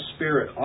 Spirit